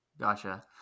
Gotcha